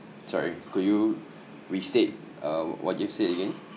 sorry could you restate uh what you said again